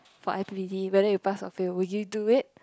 for i_p_p_t whether you pass for fail would you do it